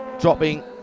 dropping